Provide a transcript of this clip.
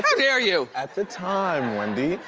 but dare you? at the time, wendy.